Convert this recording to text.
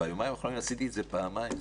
ביומיים האחרונים עשיתי את זה פעמיים.